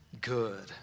good